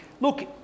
Look